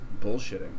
bullshitting